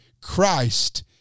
Christ